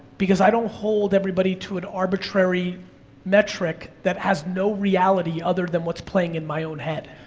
because i don't hold everybody to an arbitrary metric that has no reality other than what's playing in my own head.